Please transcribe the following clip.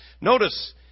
Notice